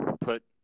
put